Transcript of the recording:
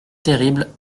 terrible